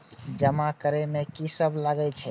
जमा करे में की सब लगे छै?